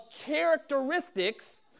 characteristics